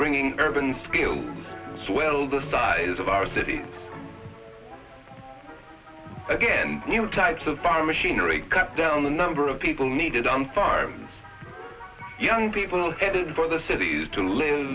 bringing urban skilled swell the size of our city again new types of farm machinery cut down the number of people needed on farms young people headed for the cities to live